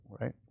right